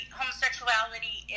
homosexuality